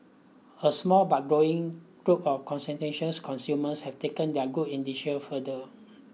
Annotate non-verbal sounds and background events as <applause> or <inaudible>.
a small but growing group of <unintelligible> consumers have taken their good <unintelligible> further